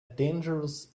dangerous